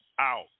out